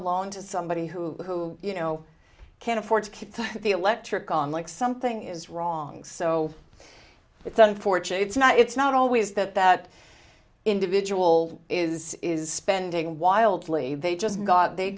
long to somebody who you know can't afford to keep the electric on like something is wrong so it's unfortunate it's not it's not always that that individual is is spending wildly they just got they